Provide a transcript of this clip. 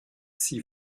sie